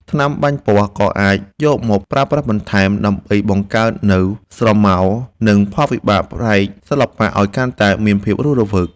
ថ្នាំបាញ់ពណ៌ ក៏អាចយកមកប្រើប្រាស់បន្ថែម ដើម្បីបង្កើតនូវស្រមោល និងផលវិបាកផ្នែកសិល្បៈឱ្យកាន់តែមានភាពរស់រវើក។